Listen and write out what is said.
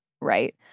Right